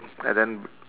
and then